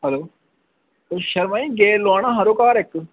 hello oh Sharma ji gate लोआना हा घर इक्क